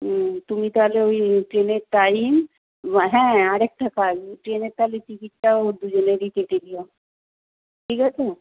হুম তুমি তাহলে ওই ট্রেনের টাইম হ্যাঁ আরেকটা কাজ ট্রেনের তাহলে টিকিটটাও দুজনেরই কেটে নিও ঠিক আছে